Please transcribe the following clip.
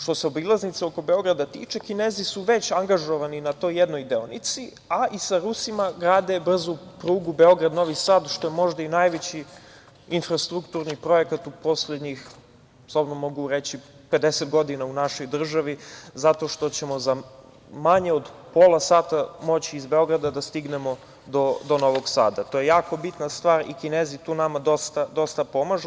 Što se obilaznice oko Beograda tiče, Kinezi su već angažovani na toj jednoj deonici, a i sa Rusima grade brzu prugu Beograd – Novi Sad, što je možda i najveći infrastrukturni projekat, u poslednjih 50 godina u našoj državi, zato što ćemo za manje od pola sata moći iz Beograda da stignemo do Novog Sada, a to je jako bitna stvar i Kinezi tu nama dosta pomažu.